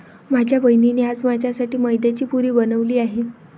माझ्या बहिणीने आज माझ्यासाठी मैद्याची पुरी बनवली आहे